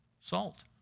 Salt